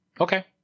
Okay